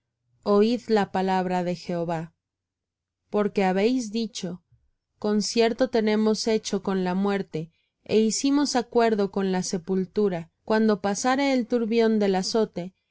oid la palabra de jehová porque habéis dicho concierto tenemos hecho con la muerte é hicimos acuerdo con la sepultura cuando pasare el turbión del azote